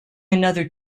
another